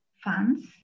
funds